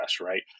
right